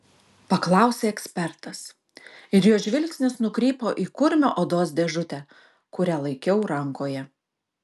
paklausė ekspertas ir jo žvilgsnis nukrypo į kurmio odos dėžutę kurią laikiau rankoje